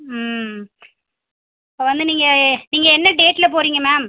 ம் இப்போ வந்து நீங்கள் நீங்கள் என்ன டேட்டில் போகிறிங்க மேம்